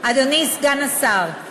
אדוני סגן השר,